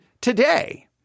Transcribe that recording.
today